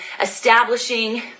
establishing